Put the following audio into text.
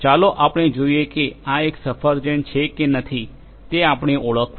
ચાલો આપણે જોઈએ કે આ એક સફરજન છે કે નથી તે આપણે ઓળખવું છે